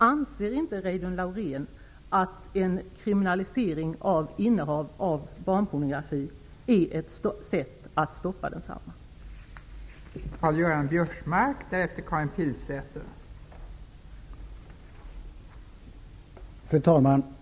Anser inte Reidunn Laurén att en kriminalisering av innehav av barnpornografi är ett sätt att stoppa hanteringen av barnpornografi?